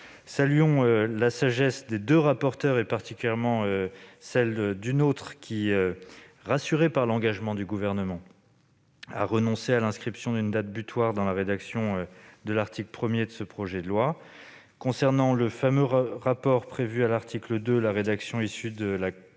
Saluons la sagesse des deux rapporteurs et particulièrement celle de Philippe Bas, rassuré par l'engagement du Gouvernement de renoncer à l'inscription d'une date butoir dans la rédaction de l'article 1 de ce projet de loi. Concernant le fameux rapport prévu à l'article 2, la rédaction issue des travaux de la